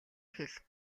хэл